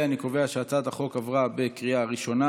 אני קובע שהצעת החוק עברה בקריאה ראשונה,